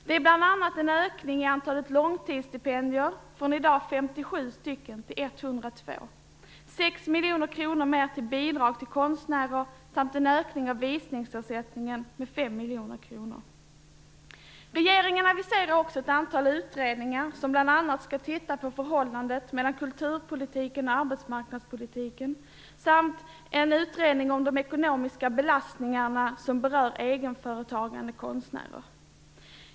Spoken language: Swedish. Det är bl.a. en ökning i antalet långtidsstipendier från i dag 57 till 102, 6 Regeringen aviserar också ett antal utredningar, som bl.a. skall gå igenom förhållandet mellan kulturpolitiken och arbetsmarknadspolitiken. En utredning skall se över de ekonomiska belastningar som berör egenföretagande konstnärer.